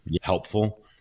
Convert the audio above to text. helpful